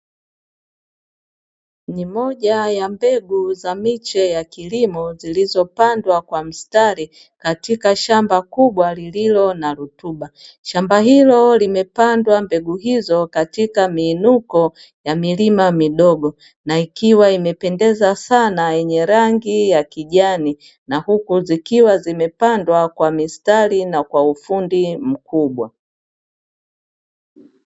Ni moja ya mbegu za miche ya kilimo, zilizopandwa kwa mstari katika shamba kubwa lililo na rutuba. Shamba hilo limepandwa mbegu hizo katika miinuko ya milima midogo, na ikiwa imepandeza sana yenye rangi ya kijani na huku zikiwa zimepandwa kwa mistari na kwa ufundi mkubwa.